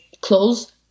clothes